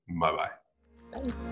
Bye-bye